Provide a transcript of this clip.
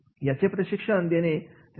याचे प्रशिक्षण त्यांना देणे आवश्यक असते